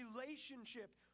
relationship